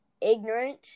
ignorant